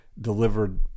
delivered